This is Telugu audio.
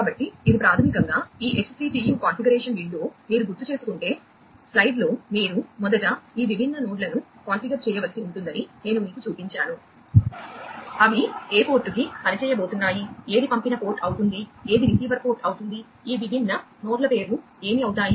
కాబట్టి ఇది ప్రాథమికంగా ఈ XCTU కాన్ఫిగరేషన్ విండో లో మీరు మొదట ఈ విభిన్న నోడ్లను కాన్ఫిగర్ చేయవలసి ఉంటుందని నేను మీకు చూపించాను అవి ఏ పోర్టుకి పని చేయబోతున్నాయి ఏది పంపిన పోర్టు అవుతుంది ఏది రిసీవర్ పోర్ట్ అవుతుంది ఈ విభిన్న నోడ్ల పేర్లు ఏమి అవుతాయి